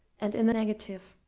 and in the negative,